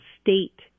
state